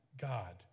God